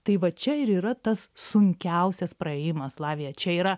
tai va čia ir yra tas sunkiausias praėjimas lavija čia yra